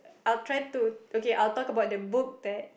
I'll try to okay I'll talk about the book that